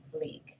League